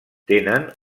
tenen